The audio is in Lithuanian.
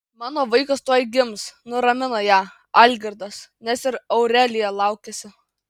mano vaikas tuoj gims nuramino ją algirdas nes ir aurelija laukėsi